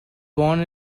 born